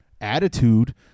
attitude